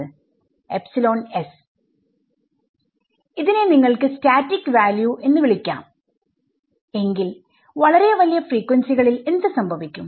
വിദ്യാർത്ഥി epsilon s ഇതിനെ നിങ്ങൾക്ക് സ്റ്റാറ്റിക് വാല്യൂ എന്ന് വിളിക്കാം എങ്കിൽ വളരെ വലിയ ഫ്രീക്വൻസികളിൽ എന്ത് സംഭവിക്കും